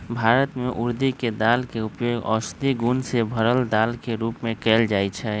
भारत में उर्दी के दाल के उपयोग औषधि गुण से भरल दाल के रूप में भी कएल जाई छई